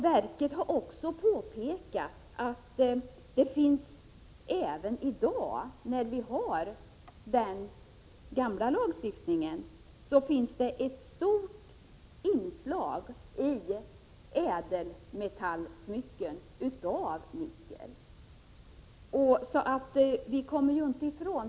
Verket har också påpekat att det även i dag, när vi har den gamla lagstiftningen, finns ett stort inslag av nickel i ädelmetallsmycken.